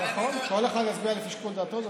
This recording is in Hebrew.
נכון, כל אחד יצביע לפי שיקול דעתו.